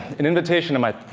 an invitation to my